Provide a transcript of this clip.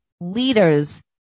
leaders